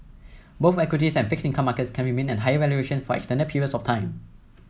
both equities and fixed income markets can remain at higher valuations for extended periods of time